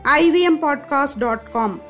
ivmpodcast.com